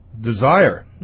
desire